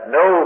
no